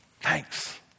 thanks